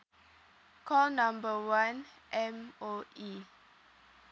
call number one M_O_E